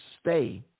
stay